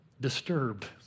disturbed